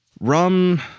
Rum